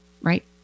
right